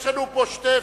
יש לנו פה שתי אפשרויות.